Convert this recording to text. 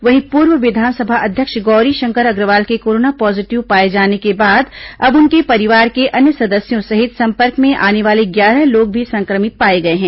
वहीं पूर्व विधानसभा अध्यक्ष गौरीशंकर अग्रवाल के कोरोना पॉजिटिव पाए जाने के बाद अब उनके परिवार के अन्य सदस्यों सहित संपर्क में आने वाले ग्यारह लोग भी संक्रमित पाए गए है